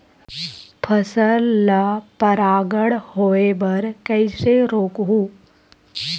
फसल ल परागण होय बर कइसे रोकहु?